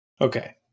Okay